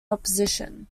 opposition